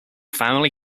family